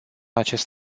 acest